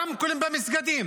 ברמקולים במסגדים